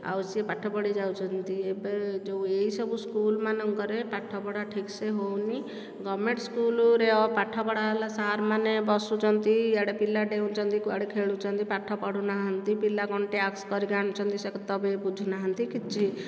ଆଉ ସେ ପାଠ ପଢ଼ି ଯାଉଛନ୍ତି ଏବେ ଯେଉଁ ଏହିସବୁ ସ୍କୁଲ ମାନଙ୍କରେ ପାଠପଢ଼ା ଠିକସେ ହେଉନି ଗଭର୍ଣ୍ଣମେଣ୍ଟ ସ୍କୁଲରେ ଆଉ ପାଠପଢ଼ା ହେଲା ସାର୍ ମାନେ ବସୁଛନ୍ତି ଇଆଡ଼େ ପିଲା ଡେଉଁଛନ୍ତି କୁଆଡ଼େ ଖେଳୁଛନ୍ତି ପାଠ ପଢ଼ୁନାହାନ୍ତି ପିଲା କଣ ଟ୍ୟାକ୍ସ କରିକି ଆଣୁଛନ୍ତି ସେତକ ବି ବୁଝୁନାହାନ୍ତି କିଛି